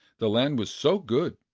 the land was so good,